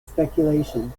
speculation